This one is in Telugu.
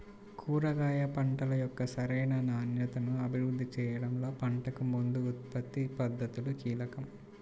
కూరగాయ పంటల యొక్క సరైన నాణ్యతను అభివృద్ధి చేయడంలో పంటకు ముందు ఉత్పత్తి పద్ధతులు కీలకం